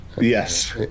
Yes